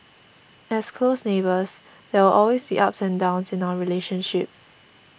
as close neighbours there will always be ups and downs in our relationship